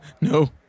No